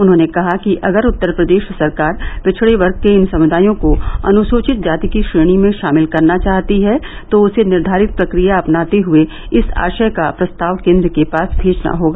उन्होंने कहा कि अगर उत्तर प्रदेश सरकार पिछड़े वर्ग के इन समुदायों को अनुसूचित जाति की श्रेणी में शामिल करना चाहती है तो उसे निर्धारित प्रक्रिया अपनाते हुए इस आशय का प्रस्ताव केन्द्र के पास भेजना होगा